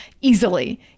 easily